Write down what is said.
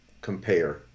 compare